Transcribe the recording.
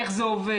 איך זה עובד,